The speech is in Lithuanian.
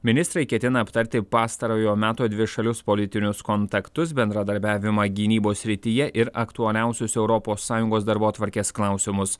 ministrai ketina aptarti pastarojo meto dvišalius politinius kontaktus bendradarbiavimą gynybos srityje ir aktualiausius europos sąjungos darbotvarkės klausimus